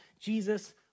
Jesus